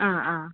ആ ആ